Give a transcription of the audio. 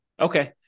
Okay